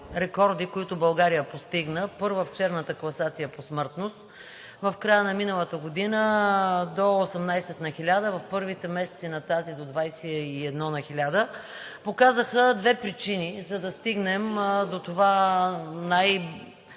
рекорди, които България постигна – първа в черната класация по смъртност – в края на миналата година до 18 на 1000, в първите месеци на тази до 21 на 1000, показаха две причини, за да стигнем до това най-черно